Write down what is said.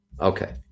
Okay